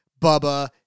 Bubba